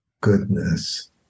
goodness